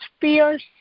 fierce